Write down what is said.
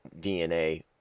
DNA